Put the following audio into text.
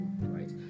right